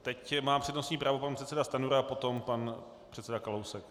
Teď má přednostní právo pan předseda Stanjura, potom pan předseda Kalousek.